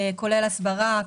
כולל הסברה,